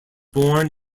born